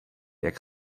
jak